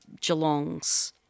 Geelongs